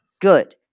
Good